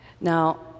Now